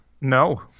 No